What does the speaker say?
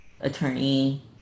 Attorney